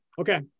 Okay